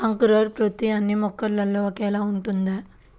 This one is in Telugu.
అంకురోత్పత్తి అన్నీ మొక్కల్లో ఒకేలా ఉంటుందా?